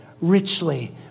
richly